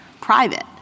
private